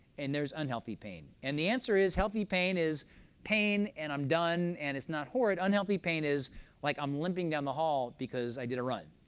and there's unhealthy pain. and the answer is healthy pain is pain, and i'm done, and it's not horrid. unhealthy pain is like i'm limping down the hall, because i did a run.